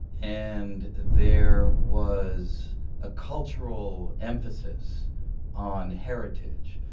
and there was a cultural emphasis on heritage,